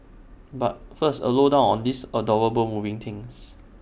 but first A low down on these adorable moving things